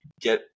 get